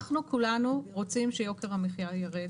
אנחנו כולנו רוצים שיוקר המחיה ירד.